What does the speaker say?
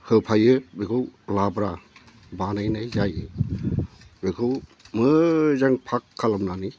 होफायो बेखौ लाब्रा बानायनाय जायो बेखौ मोजां फाख खालामनानै